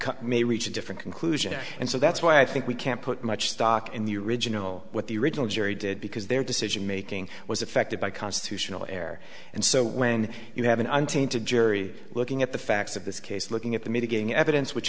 cut may reach a different conclusion and so that's why i think we can't put much stock in the original what the original jury did because their decision making was affected by constitutional heir and so when you have an untainted jury looking at the facts of this case looking at the mitigating evidence which